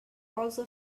also